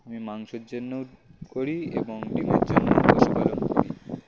আমি মাংসের জন্যও করি এবং ডিমের জন্যই পশুপালন করি